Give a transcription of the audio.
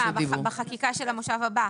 בחקיקה של המושב הבא.